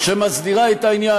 שמסדירה את העניין.